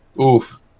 oof